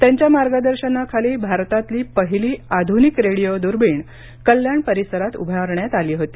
त्यांच्या मार्गदर्शनाखाली भारतातील पहिली आधूनिक रेडिओ दूर्बीण कल्याण परिसरात उभारण्यात आली होती